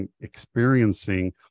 experiencing